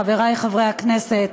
חברי חברי הכנסת,